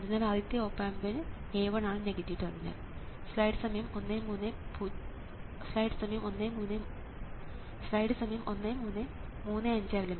അതിനാൽ ആദ്യത്തെ ഓപ് ആമ്പിന് A1 ആണ് നെഗറ്റീവ് ടെർമിനൽ